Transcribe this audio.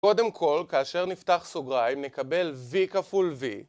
קודם כל, כאשר נפתח סוגריים נקבל v כפול v.